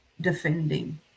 defending